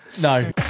No